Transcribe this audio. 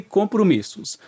compromissos